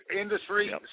industry